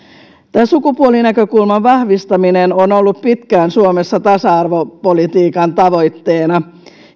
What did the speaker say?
sukupuolinäkökulman vahvistaminen on ollut pitkään suomessa tasa arvopolitiikan tavoitteena